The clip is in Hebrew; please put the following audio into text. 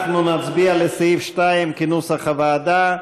אנחנו נצביע על סעיף 2 כנוסח הוועדה,